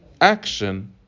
action